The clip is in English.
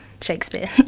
Shakespeare